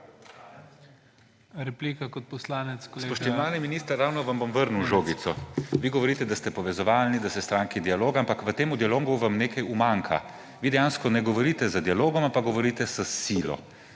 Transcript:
NEMEC (PS SD):** Spoštovani minister, ravno vam bom vrnil žogico. Vi govorite, da ste povezovalni, da ste stranka dialoga, ampak v tem dialogu vam nekaj umanjka. Vi dejansko ne govorite z dialogom, ampak govorite s silo.